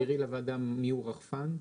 תסבירי לוועדה מיהו רחפן.